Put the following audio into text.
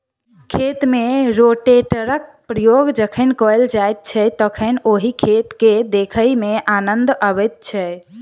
खेत मे रोटेटरक प्रयोग जखन कयल जाइत छै तखन ओहि खेत के देखय मे आनन्द अबैत छै